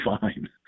fine